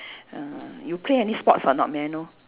ah you play any sports or not may I know